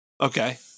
Okay